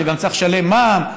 כשגם צריך לשלם מע"מ,